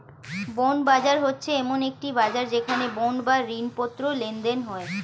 bond বাজার হচ্ছে এমন একটি বাজার যেখানে বন্ড বা ঋণপত্র লেনদেন হয়